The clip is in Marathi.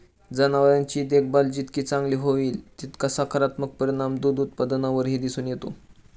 जनावरांची देखभाल जितकी चांगली होईल, तितका सकारात्मक परिणाम दूध उत्पादनावरही दिसून येतो